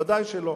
ודאי שלא.